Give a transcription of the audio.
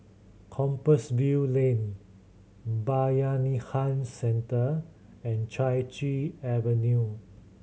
Compassvale Lane Bayanihan Centre and Chai Chee Avenue